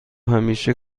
همیشه